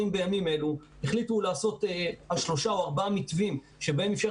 בימים אלו החליטו על שלושה או ארבעה מתווים שבהם אפשר